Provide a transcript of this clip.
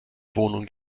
wohnung